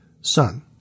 Son